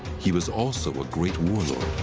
he was also a great warlord.